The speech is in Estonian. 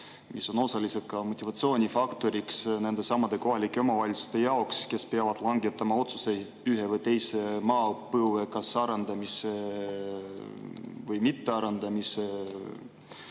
mis on osaliselt ka motivatsioonifaktoriks nendesamade kohalike omavalitsuste jaoks, kes peavad langetama otsuseid ühe või teise, maapõue arendamise või mittearendamise